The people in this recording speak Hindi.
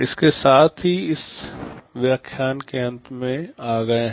इसके साथ ही हम इस व्याख्यान के अंत में आ गए हैं